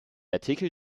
artikel